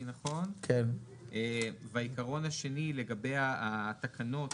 העיקרון השני, לגבי התקנות